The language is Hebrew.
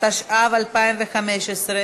התשע"ו 2015,